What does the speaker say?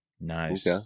Nice